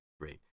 Great